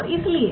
और इसलिए